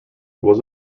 was